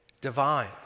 divine